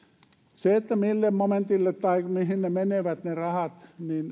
se mille momentille tai mihin ne rahat